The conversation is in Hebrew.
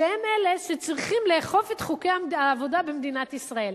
שהם אלה שצריכים לאכוף את חוקי העבודה במדינת ישראל.